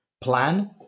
plan